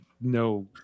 no